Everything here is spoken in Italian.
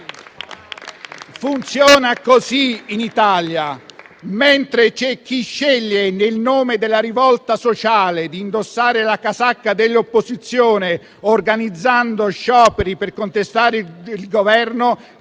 Funziona così in Italia. Mentre c'è chi sceglie, nel nome della rivolta sociale, di indossare la casacca dell'opposizione, organizzando scioperi per contestare il Governo,